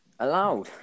Allowed